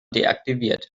deaktiviert